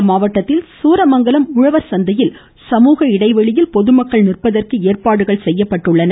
சேலம் மாவட்டத்தில் சேலம் சூரமங்கலம் உழவா்சந்தையில் சமூக இடைவெளியில் பொதுமக்கள் நிற்பதற்கு ஏற்பாடுகள் செய்யப்பட்டுள்ளன